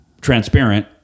transparent